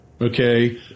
Okay